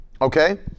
okay